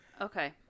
Okay